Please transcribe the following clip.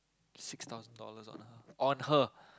six thousand dollars on her on her